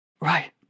Right